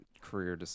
career